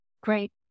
Great